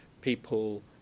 people